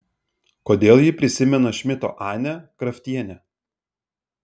kodėl ji prisimena šmito anę kraftienę